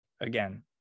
again